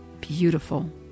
beautiful